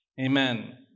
amen